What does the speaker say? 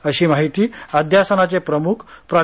अशी माहिती अध्यासनाचे प्रमुख प्रा